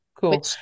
Cool